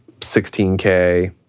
16K